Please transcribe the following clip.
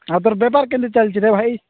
ଆଉ ତୋର ବେପାର କେମିତି ଚାଲିଛିରେ ଭାଇ